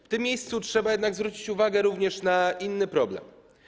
W tym miejscu trzeba jednak zwrócić uwagę również na inny problem.